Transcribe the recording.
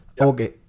Okay